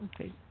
Okay